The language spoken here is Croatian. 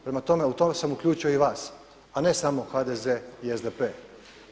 Prema tome u to sam uključio i vas, a ne samo HDZ-e i SDP-e.